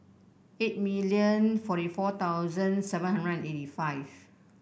eight million forty four thousand seven hundred and eighty five